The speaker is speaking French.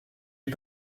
est